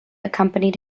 accompanied